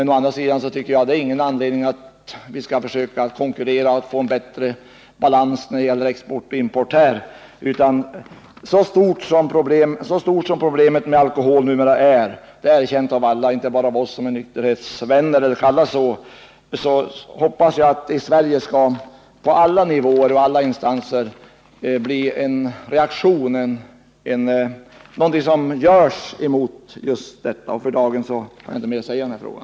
Å andra sidan tycker jag inte att detta är någon anledning till att försöka konkurrera och få en bättre balans mellan export och import på det här området. Så stort som alkoholproblemet numera är — det erkänns av alla och inte bara av oss som är nykterhetsvänner eller kallas så — hoppas jag att det i Sverige på alla nivåer och i alla instanser blir en reaktion, så att det görs någonting mot detta. För dagen har jag inget mer att säga i den här frågan.